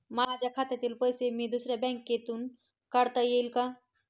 माझ्या खात्यातील पैसे मी दुसऱ्या बँकेतून काढता येतील का?